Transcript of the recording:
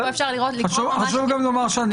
פה אפשר לקרוא ממש --- חשוב גם לומר שאני